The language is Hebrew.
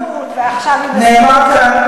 נאמר כאן,